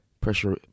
pressure